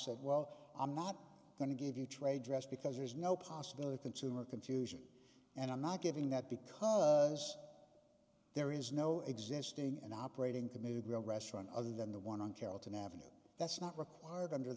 said well i'm not going to give you trade dress because there is no possibility consumer confusion and i'm not giving that because there is no existing and operating commute restaurant other than the one on carrollton avenue that's not required under